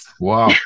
wow